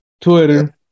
Twitter